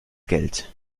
geld